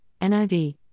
NIV